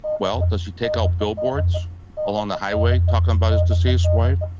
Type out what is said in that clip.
well, does he take out billboards along the highway talking about his deceased wife?